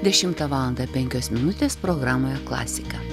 dešimtą valandą penkios minutės programoje klasika